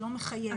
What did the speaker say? שלא מחייב.